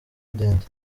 ndende